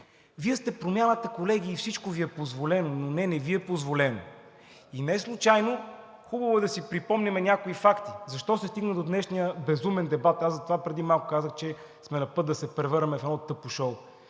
Вие сте Промяната, колеги, и всичко Ви е позволено, но не, не Ви е позволено! И неслучайно хубаво е да си припомним някои факти – защо се стигна до днешния безумен дебат? Аз затова преди малко казах, че сме на път да се превърнем в едно тъпо шоу.